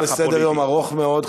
אנחנו בסדר-יום ארוך מאוד,